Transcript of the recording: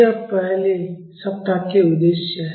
ये पहले सप्ताह के उद्देश्य हैं